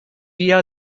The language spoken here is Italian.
via